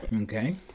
Okay